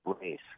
race